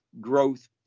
growth